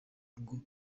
ngo